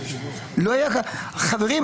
חברים,